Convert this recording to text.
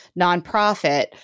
nonprofit